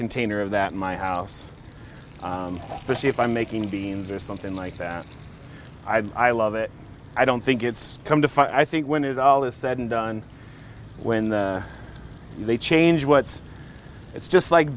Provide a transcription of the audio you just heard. container of that my house especially if i'm making beans or something like that i love it i don't think it's come to i think when it all is said and done when they change what's it's just like